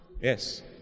Yes